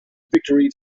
victory